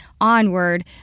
onward